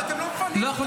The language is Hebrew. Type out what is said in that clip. ואתם לא מפנים אותם.